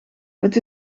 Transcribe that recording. het